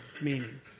meaning